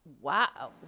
wow